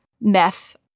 meth